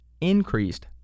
increased